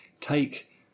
take